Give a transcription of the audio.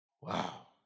Wow